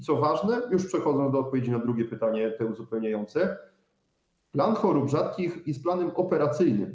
Co ważne, przechodzę do odpowiedzi na drugie pytanie, uzupełniające, plan dla chorób rzadkich jest planem operacyjnym.